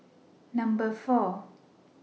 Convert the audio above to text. Number four